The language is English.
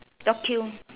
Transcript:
docu~